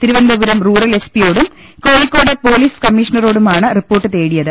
Thiruvananthapuram rural S പിയോടും Kozhikode police കമ്മീഷണറോടുമാണ് report തേടിയത്